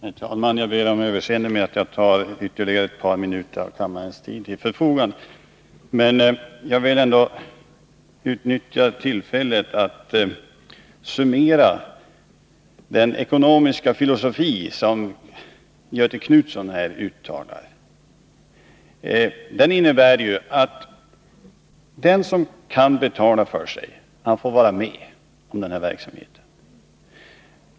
Herr talman! Jag ber om överseende med att jag tar ytterligare ett par minuter av kammarens ledamöters tid i anspråk. Jag ville utnyttja tillfället att summera den ekonomiska filosofi som Göthe Knutson här uttalar. Den innebär ju att den som kan betala för sig får vara med i närradioverksamheten.